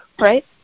right